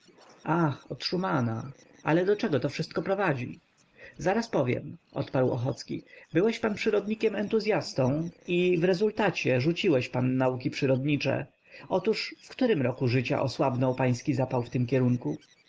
od szumana ale do czego to wszystko prowadzi zaraz powiem odparł ochocki byłeś pan przyrodnikiem entuzyastą i w rezultacie rzuciłeś pan nauki przyrodnicze otóż w którym roku życia osłabnął pański zapał w tym kierunku